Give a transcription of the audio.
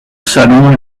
salon